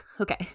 okay